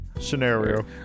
scenario